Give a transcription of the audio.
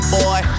boy